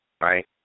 right